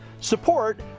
support